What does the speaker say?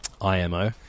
IMO